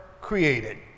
created